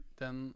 den